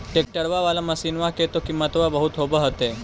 ट्रैक्टरबा बाला मसिन्मा के तो किमत्बा बहुते होब होतै?